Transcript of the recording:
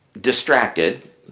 distracted